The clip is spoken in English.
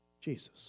Jesus